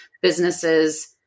businesses